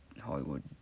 hollywood